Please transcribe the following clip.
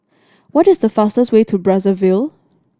what is the fastest way to Brazzaville